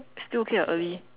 still okay [what] early